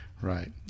Right